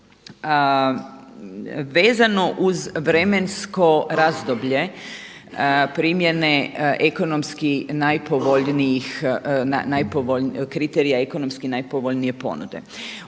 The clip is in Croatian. Vezano uz vremensko razdoblje primjene ekonomski najpovoljnijih, kriterija ekonomski najpovoljnije ponude.